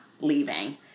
leaving